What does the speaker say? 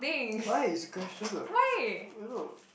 why is a question what you know